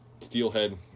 steelhead